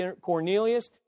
Cornelius